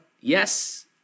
yes